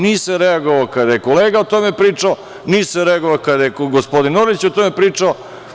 Nisam reagovao kada je kolega o tome pričao, nisam reagovao kada je gospodin Orlić o tome pričao.